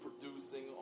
producing